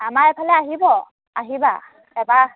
আমাৰ এইফালে আহিব আহিবা এবাৰ